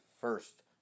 first